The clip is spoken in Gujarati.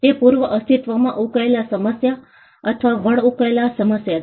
તે પૂર્વ અસ્તિત્વમાં ઉકેલાયેલ સમસ્યા અથવા વણ ઉકેલાયેલ સમસ્યા છે